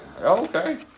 okay